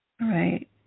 right